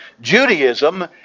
Judaism